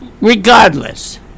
regardless